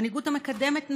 מנהיגות המקדמת נשים,